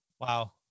Wow